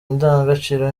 ndangagaciro